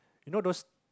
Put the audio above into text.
you know those